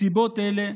מסיבות אלה,